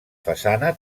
façana